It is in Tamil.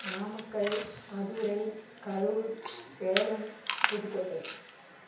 நாமக்கல் மதுரை கரூர் சேலம் புதுக்கோட்டை